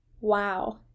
wow